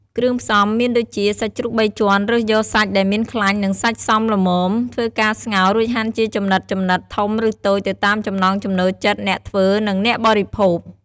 គ្រឿងផ្សំមានដូចជា សាច់ជ្រូកបីជាន់រើសយកសាច់ដែលមានខ្លាញ់ និងសាច់សមល្មម ធ្វើការស្ងោររួចហាន់ជាចំណិតៗធំឬតូចទៅតាមចំណង់ចំណូលចិត្តអ្នកធ្វើនិងអ្នកបរិភោគ។